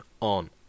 on